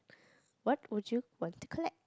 what would you want to collect